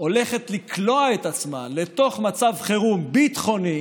הולכת לקלוע את עצמה לתוך מצב חירום ביטחוני